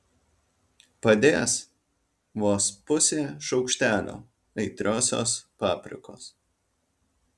padės vos pusė šaukštelio aitriosios paprikos